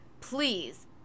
please